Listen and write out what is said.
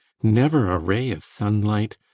never a ray of sunlight!